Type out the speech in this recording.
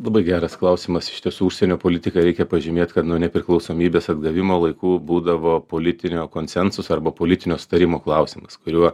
labai geras klausimas iš tiesų užsienio politika reikia pažymėt kad nuo nepriklausomybės atgavimo laikų būdavo politinio konsensuso arba politinio sutarimo klausimas kuriuo